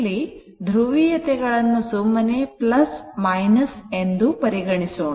ಇಲ್ಲಿ ಧ್ರುವೀಯತೆ ಗಳನ್ನು ಸುಮ್ಮನೆ ಎಂದು ಪರಿಗಣಿಸೋಣ